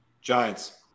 Giants